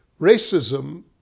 racism